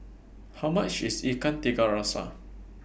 How much IS Ikan Tiga Rasa